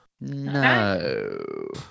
No